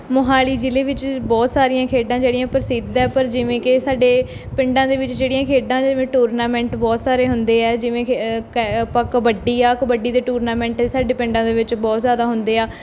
ਮੋਹਾਲੀ ਜ਼ਿਲ੍ਹੇ ਵਿੱਚ ਬਹੁਤ ਸਾਰੀਆਂ ਖੇਡਾਂ ਜਿਹੜੀਆਂ ਪ੍ਰਸਿੱਧ ਹੈ ਪਰ ਜਿਵੇਂ ਕਿ ਸਾਡੇ ਪਿੰਡਾਂ ਦੇ ਵਿੱਚ ਜਿਹੜੀਆਂ ਖੇਡਾਂ ਦੇ ਵੀ ਟੂਰਨਾਮੈਂਟ ਬਹੁਤ ਸਾਰੇ ਹੁੰਦੇ ਹੈ ਜਿਵੇਂ ਆਪਾਂ ਕਬੱਡੀ ਆ ਕਬੱਡੀ ਦੇ ਟੂਰਨਾਮੈਂਟ ਸਾਡੇ ਪਿੰਡਾਂ ਦੇ ਵਿੱਚ ਬਹੁਤ ਜ਼ਿਆਦਾ ਹੁੰਦੇ ਆ